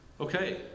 Okay